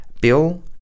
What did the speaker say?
Bill